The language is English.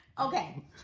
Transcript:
okay